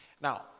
Now